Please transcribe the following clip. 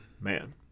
Man